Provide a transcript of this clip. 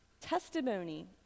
testimony